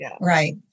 right